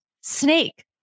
Snake